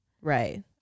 right